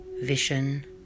Vision